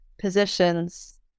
positions